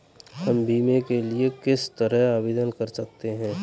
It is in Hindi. हम बीमे के लिए किस तरह आवेदन कर सकते हैं?